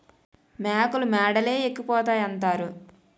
మేకలు మేడలే ఎక్కిపోతాయంతారు